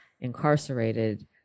incarcerated